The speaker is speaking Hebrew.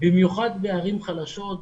במיוחד בערים חלשות,